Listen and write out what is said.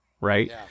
right